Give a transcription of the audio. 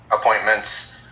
appointments